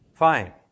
fine